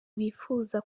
bifuza